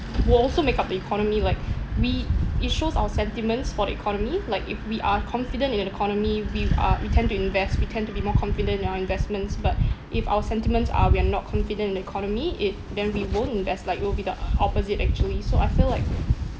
will also make up the economy like we it shows our sentiments for the economy like if we are confident in an economy we are we tend to invest we tend to be more confident in our investments but if our sentiments are we are not confident in the economy it then we won't invest like it'll be the opposite actually so I feel like